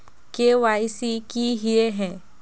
KYC की हिये है?